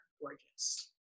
gorgeous